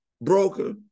broker